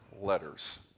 letters